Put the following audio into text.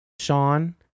Sean